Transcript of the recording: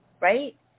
right